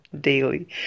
daily